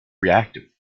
reactive